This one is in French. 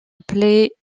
appelée